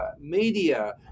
media